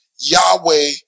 Yahweh